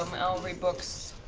um i'll read books.